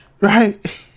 right